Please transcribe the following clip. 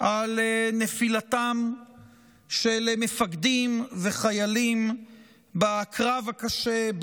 על נפילתם של מפקדים וחיילים בקרב הקשה,